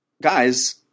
Guys